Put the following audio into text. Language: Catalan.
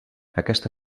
aquesta